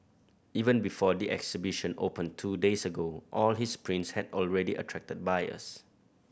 even before the exhibition opened two days ago all his prints had already attracted buyers